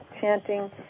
chanting